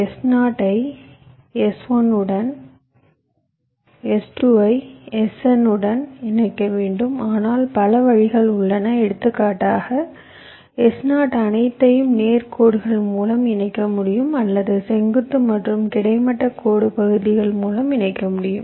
S0 ஐ S1 உடன் S2 ஐ Sn உடன் இணைக்க வேண்டும் ஆனால் பல வழிகள் உள்ளன எடுத்துக்காட்டாக S0 அனைத்தையும் நேர் கோடுகள் மூலம் இணைக்க முடியும் அல்லது செங்குத்து மற்றும் கிடைமட்ட கோடு பகுதிகள் மூலம் இணைக்க முடியும்